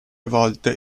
volte